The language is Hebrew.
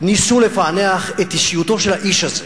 ניסו לפענח את אישיותו של האיש הזה,